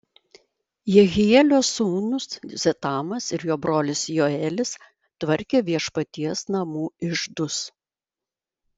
jehielio sūnūs zetamas ir jo brolis joelis tvarkė viešpaties namų iždus